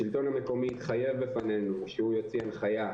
השלטון המקומי התחייב בפנינו שהוא יוציא הנחייה,